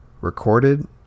recorded